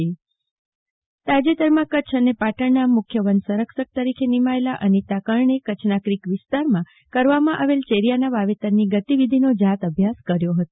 જાગૃતી વકીલ ચેરિયા વાવેતર નિરીક્ષણ તાજેતરમાં કચ્છ અને પાટણના મુખ્ય વનસંરક્ષક તરીકે નિમાયેલા અનિતા કાર્ણે કચ્છના ક્રિક વિસ્તારમાં કરવામાં આવેલ ચેરિયાના વાવેતરની ગતિવિધિનો જાત અભ્યાસ કર્યો હતો